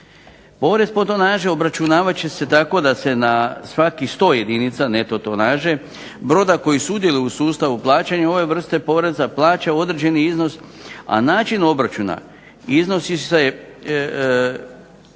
Porez po tonaži obračunavat će se tako da se na svakih 100 jedinica neto tonaže broda koji sudjeluje u sustavu plaćanja ove vrste poreza plaća određeni iznos a način obračuna iznosi se